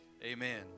Amen